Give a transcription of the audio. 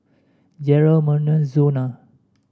Jerrel Merna Zona